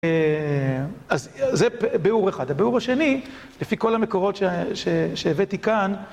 אז זה ביאור אחד, הביאור השני, לפי כל המקורות שהבאתי כאן